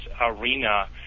arena